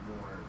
more